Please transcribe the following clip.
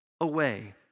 away